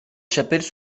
chapelles